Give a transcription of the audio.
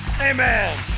amen